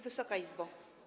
Wysoka Izbo!